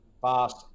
fast